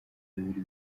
bibiri